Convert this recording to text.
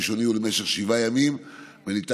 הצו הראשוני הוא למשך שבעה ימים וניתן